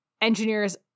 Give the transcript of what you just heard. engineers